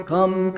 Come